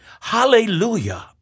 hallelujah